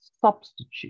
substitute